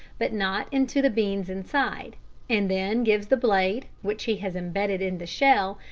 but not into the beans inside and then gives the blade, which he has embedded in the shell,